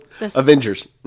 Avengers